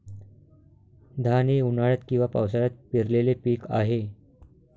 धान हे उन्हाळ्यात किंवा पावसाळ्यात पेरलेले पीक आहे